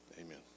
Amen